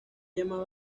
llamado